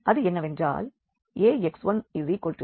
அது என்னவென்றால் Ax10 மற்றும் Ax20